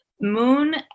Moon